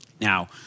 Now